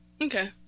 Okay